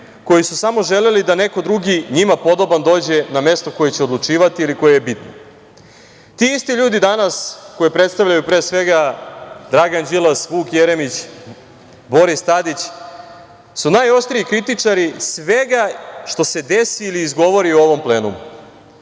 koji su samo želeli da neko drugi njima podoban dođe na mesto koji će odlučivati ili koje je bitno. Ti isti ljudi danas, koje predstavljaju, pre svega, Dragan Đilas, Vuk Jeremić, Boris Tadić, su najoštriji kritičari svega što se desi ili izgovori u ovom